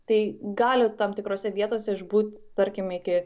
tai gali tam tikrose vietose išbūt tarkim iki